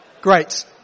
Great